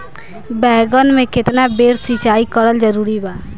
बैगन में केतना बेर सिचाई करल जरूरी बा?